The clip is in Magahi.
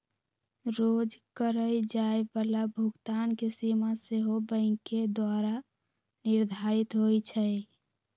रोज करए जाय बला भुगतान के सीमा सेहो बैंके द्वारा निर्धारित होइ छइ